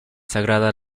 sagrada